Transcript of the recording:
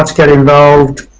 um get involved,